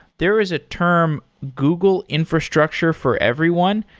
there is a term google infrastructure for everyone.